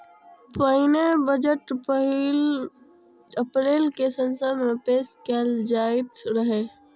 पहिने बजट पहिल अप्रैल कें संसद मे पेश कैल जाइत रहै